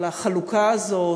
על החלוקה הזאת,